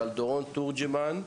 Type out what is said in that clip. דורון תורג'מן.